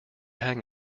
hang